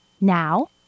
Now